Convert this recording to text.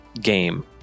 game